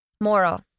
Moral